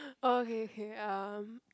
orh okay okay um